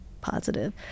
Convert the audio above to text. positive